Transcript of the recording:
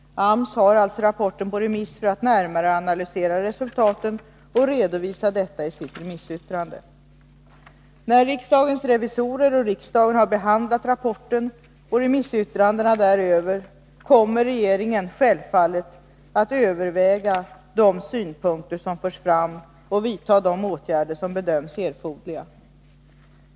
AMS har alltså rapporten på remiss för att närmare analysera resultaten och redovisa detta i sitt remissyttrande. När riksdagens revisorer och riksdagen har behandlat rapporten och remissyttrandena däröver kommer regeringen självfallet att överväga de synpunkter som förs fram och vidta de åtgärder som bedöms erforderliga.